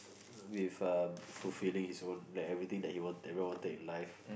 with a fulfilling his own like everything he wanted that everyone wanted in life